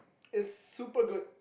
is super good